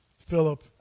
Philip